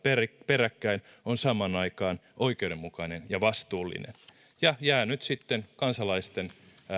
peräkkäin on samaan aikaan oikeudenmukainen ja vastuullinen jää nyt sitten kansalaisten